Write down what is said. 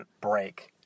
break